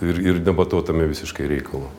ir ir nematau tame visiškai reikalo